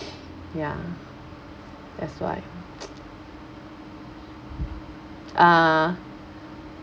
ya that's why uh